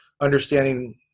understanding